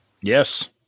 Yes